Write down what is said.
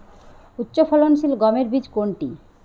উচ্চফলনশীল গমের বীজ কোনটি?